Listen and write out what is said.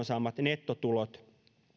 saamat nettotulot